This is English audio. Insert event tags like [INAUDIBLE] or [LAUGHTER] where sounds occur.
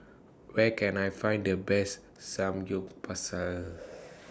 Where Can I Find The Best Samgyeopsal [NOISE]